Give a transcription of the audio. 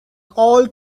all